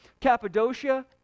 Cappadocia